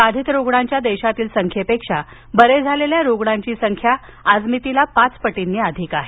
बाधित रुग्णांच्या देशातील संख्येपेक्षा बरे झालेल्या रुग्णांची संख्या आजमितीला पाचपटींनी अधिक आहे